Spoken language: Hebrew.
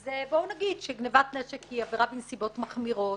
אז בואו נגיד שגניבת נשק היא עבירה בנסיבות מחמירות,